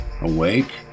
awake